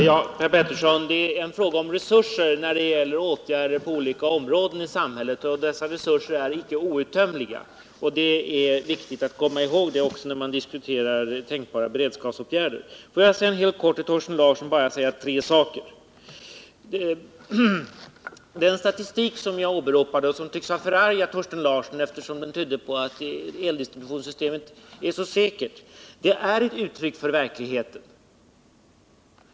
Herr talman! Ja, Per Petersson, det är en fråga om resurser när det gäller åtgärder på olika områden i samhället, och dessa resurser är inte outtömliga. Det är viktigt att komma ihåg det också när vi diskuterar tänkbara beredskapsåtgärder. Får jag sedan helt kort till Thorsten Larsson säga tre saker. 1. Den statistik som jag åberopade och som tycks ha förargat Thorsten Larsson eftersom den tydde på att vårt eldistributionssystem är så säkert är ett uttryck för verkligheten.